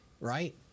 Right